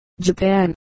Japan